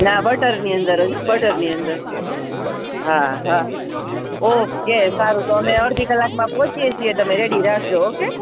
ના બટરની અંદર જ હો બટરની અંદર હા હા ઓકે સારું તો અમે અડધી કલાકમાં પહોંચીએ છીએ તમે રેડી રાખજો ઓકે